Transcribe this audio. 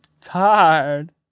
tired